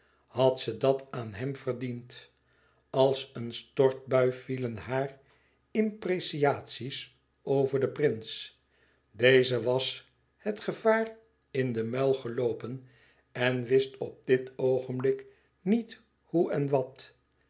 had ze dat aan hem verdiend als een stortbui vielen hare imprecatie's over den prins deze was het gevaar in den muil geloopen en wist op dit oogenblik niet hoe en wat